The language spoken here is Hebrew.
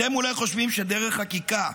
אתם אולי חושבים שדרך חקיקה,